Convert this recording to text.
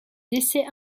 décès